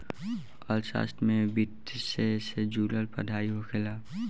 अर्थशास्त्र में वित्तसे से जुड़ल पढ़ाई होखेला